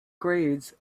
grades